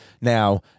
now